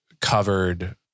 covered